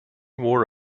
war